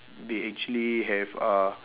they actually have uh